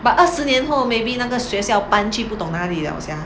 but 二十年后 maybe 那个学校搬去不懂那里 liao sia